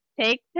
Take